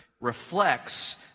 reflects